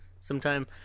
sometime